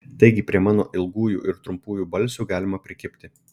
taigi prie mano ilgųjų ir trumpųjų balsių galima prikibti